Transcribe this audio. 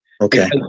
Okay